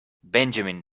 benjamin